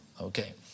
Okay